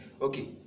Okay